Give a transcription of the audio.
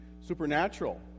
supernatural